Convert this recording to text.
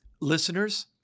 listeners